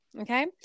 okay